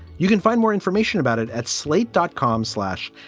you can find more information about it at slate dot com slash.